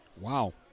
Wow